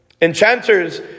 Enchanters